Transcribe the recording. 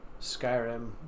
Skyrim